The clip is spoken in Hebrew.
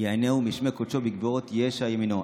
יענהו משמי קדשו, בגברות ישע ימינו.